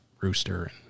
rooster